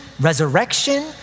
resurrection